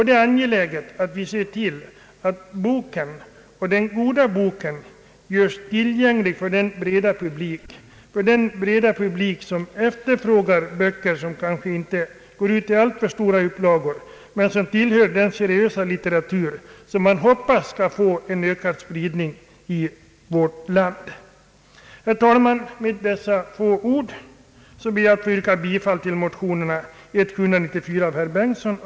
Det är angeläget att tillse att boken — den goda boken — görs tillgänglig både för den breda publiken och för de bokläsare som efterfrågar böcker, som kanske inte går ut i så stora upplagor men som tillhör den seriösa litteraturen, vilken vi ju också hoppas skall få en ökad spridning i vårt land. Herr talman! Med dessa få ord ber jag att få yrka bifall till motionerna nr 1:794 av herr Bengtson m fl.